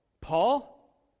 Paul